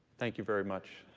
thank you very much.